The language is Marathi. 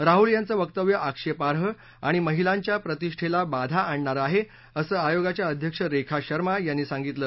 राहुल यांचं वक्तव्य आक्षेपाई आणि महिलांच्या प्रतिष्ठेला बाधा आणणारं आहे असं आयोगाच्या अध्यक्ष रेखा शर्मा यांनी सांगितलं